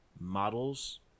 models